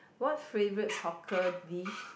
what favorite hawker dish